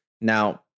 Now